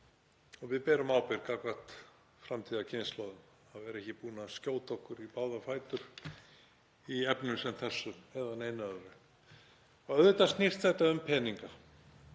og við berum ábyrgð gagnvart framtíðarkynslóðum, að vera ekki búin að skjóta okkur í báða fætur í efnum sem þessum eða neinu öðru. Auðvitað snýst þetta um peninga.